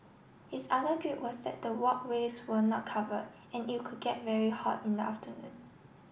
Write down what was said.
his other gripe was that the walkways were not covered and it could get very hot in the afternoon